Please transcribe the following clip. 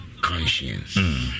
conscience